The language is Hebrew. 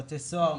בתי סוהר,